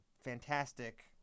fantastic